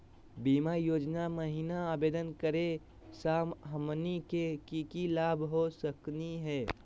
बीमा योजना महिना आवेदन करै स हमनी के की की लाभ हो सकनी हे?